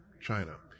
china